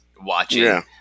watching